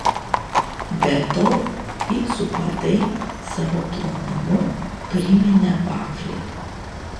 be to picų padai savo plonumu priminė vaflį